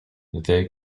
the